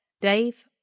dave